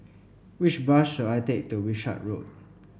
which bus should I take to Wishart Road